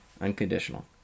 Unconditional